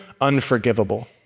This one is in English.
unforgivable